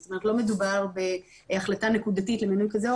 זאת אומרת לא מדובר בהחלטה נקודתית למינוי כזה או